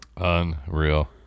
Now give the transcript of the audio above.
Unreal